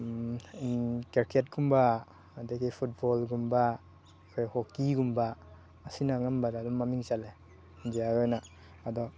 ꯀ꯭ꯔꯤꯀꯦꯠꯀꯨꯝꯕ ꯑꯗꯒꯤ ꯐꯨꯠꯕꯣꯜꯒꯨꯝꯕ ꯑꯩꯈꯣꯏ ꯍꯣꯛꯀꯤꯒꯨꯝꯕ ꯑꯁꯤꯅ ꯑꯅꯝꯕꯗ ꯑꯗꯨꯝ ꯃꯃꯤꯡ ꯆꯠꯂꯦ ꯏꯟꯗꯤꯌꯥꯒꯤ ꯑꯣꯏꯅ ꯑꯗꯣ